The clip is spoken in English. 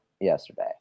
yesterday